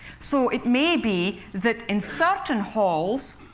so it may be that, in certain halls,